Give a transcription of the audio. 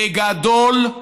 בגדול,